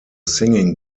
singing